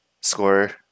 scorer